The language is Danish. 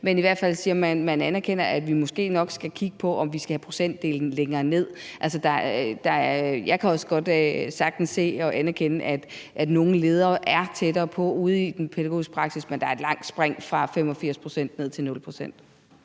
Men i hvert fald anerkender man, at vi måske nok skal kigge på, om vi skal have procentdelen længere ned. Jeg kan også sagtens se og anerkende, at nogle ledere er tættere på ude i den pædagogiske praksis, men der er et langt spring fra 85 pct. ned til 0 pct.